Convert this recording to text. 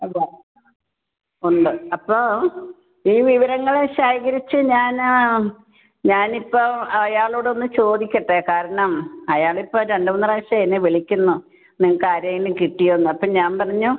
എവിടാ ഉണ്ട് അപ്പോൾ ഈ വിവരങ്ങൾ ശേഖരിച്ചു ഞാന് ഞാൻ ഇപ്പോൾ അയാളോടൊന്ന് ചോദിക്കട്ടെ കാരണം അയാളിപ്പൊ രണ്ട് മൂന്ന് പ്രാവശ്യം എന്നെ വിളിക്കുന്നു നിങ്ങക്കാരേലും കിട്ടിയോന്നപ്പം ഞാൻ പറഞ്ഞു